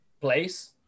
place